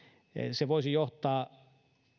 se voisi johtaa